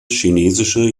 chinesische